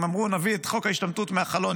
הם אמרו: נביא את חוק ההשתמטות מהחלון,